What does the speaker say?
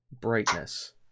brightness